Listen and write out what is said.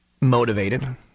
motivated